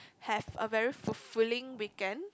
have a very fulfilling weekend